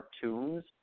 cartoons